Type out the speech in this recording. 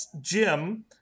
Jim